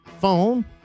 phone